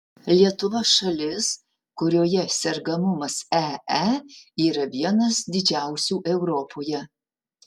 lietuva šalis kurioje sergamumas ee yra vienas didžiausių europoje